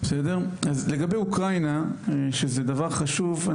לגבי אוקראינה שזה דבר חשוב,